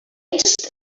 latest